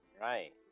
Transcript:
Right